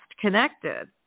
connected